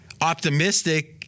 optimistic